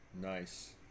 nice